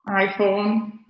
iphone